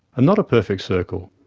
and not a perfect circle.